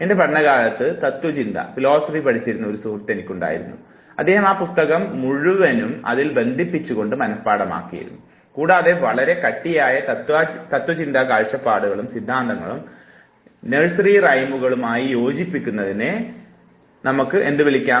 എൻറെ പഠന കാലഘട്ടത്ത് തത്വചിന്ത പഠിച്ചിരുന്ന ഒരു സുഹൃത്ത് എനിക്കുണ്ടായിരുന്നു അദ്ദേഹം ആ പുസ്തകം മുഴുവനും അതിൽ ബന്ധിപ്പിച്ചുകൊണ്ട് മനഃപാഠമാക്കിയിരുന്നു കൂടാതെ വളരെ കട്ടിയായ തത്ത്വചിന്താ കാഴ്ചപ്പാടുകളും സിദ്ധാന്തങ്ങളും നഴ്സറി റൈമുകൾ യോജിപ്പിക്കുന്നതിനെ നിങ്ങൾ എന്തായിരിക്കും വിളിക്കുക